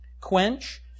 Quench